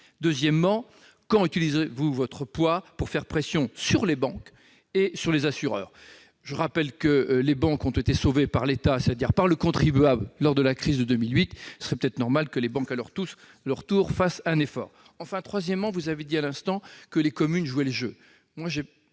Deuxièmement, quand utiliserez-vous tout votre poids pour faire pression sur les banques et les assureurs ? Je rappelle que les banques ont été sauvées par l'État, c'est-à-dire par le contribuable, lors de la crise de 2008. Ne serait-il pas normal qu'elles fassent à leur tour un effort ? Troisièmement, et enfin, vous avez affirmé à l'instant que les communes jouaient le jeu.